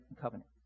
Covenant